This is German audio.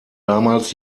damals